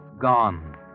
gone